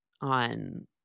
on